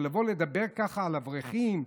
לבוא לדבר ככה על אברכים,